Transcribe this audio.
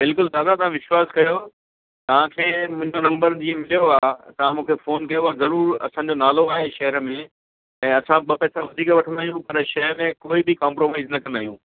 बिल्कुलु दादा तव्हां विश्वास कयो तव्हांखे मुंहिंजो नम्बर जीअं मिलियो आहे त तव्हां मूंखे फ़ोन कयव ज़रूरु असांजो नालो आहे शहर में ऐं असां ॿ पैसा वधीक वठंदा आहियूं पर शइ में कोई बि कोंप्रोमाइज न कंदा आहियूं